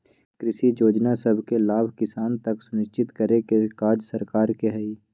कृषि जोजना सभके लाभ किसान तक सुनिश्चित करेके काज सरकार के हइ